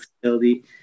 facility